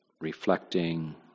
reflecting